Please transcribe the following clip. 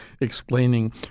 explaining